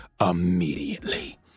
immediately